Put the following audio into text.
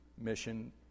mission